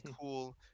cool